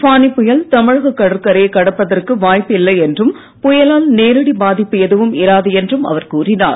ஃபானி புயல் தமிழக கடற்கரையைக் கடப்பதற்கு வாய்ப்பு இல்லை என்றும் புயலால் நேரடி பாதிப்பு எதுவும் இராது என்றும் அவர் கூறினார்